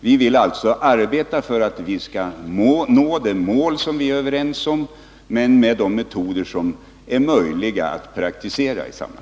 Vi vill alltså arbeta för att vi skall nå det mål som vi är överens om, men vi vill göra det med de metoder som är möjliga i sammanhanget.